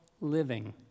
living